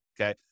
okay